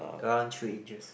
around three inches